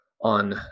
on